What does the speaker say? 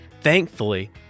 Thankfully